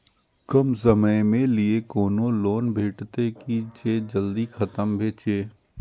कम समय के लीये कोनो लोन भेटतै की जे जल्दी खत्म भे जे?